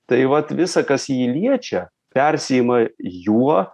tai vat visa kas jį liečia persiima juo